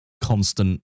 constant